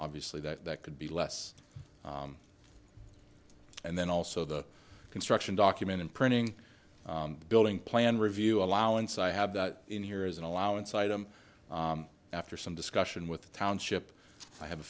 obviously that could be less and then also the construction document and printing building plan review allowance i have that in here is an allowance item after some discussion with the township i have a